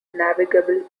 navigable